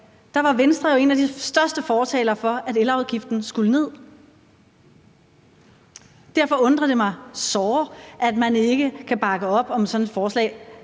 var Venstre jo en af de største fortalere for, at elafgiften skulle ned. Derfor undrer det mig såre, at man ikke kan bakke op om sådan et forslag.